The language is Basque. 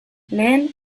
lehen